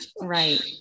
Right